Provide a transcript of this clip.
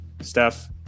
steph